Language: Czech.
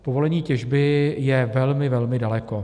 Povolení těžby je velmi, velmi daleko.